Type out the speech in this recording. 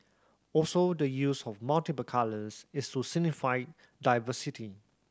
also the use of multiple colours is to signify diversity